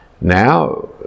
Now